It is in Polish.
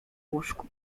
łóżku